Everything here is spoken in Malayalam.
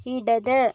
ഇടത്